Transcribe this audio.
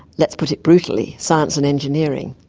let's put it brutally, science and engineering.